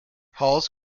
halls